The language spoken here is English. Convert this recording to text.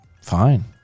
Fine